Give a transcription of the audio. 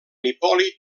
hipòlit